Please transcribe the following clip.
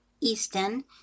Easton